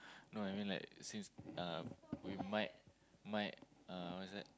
no I mean like since uh we might might uh what is that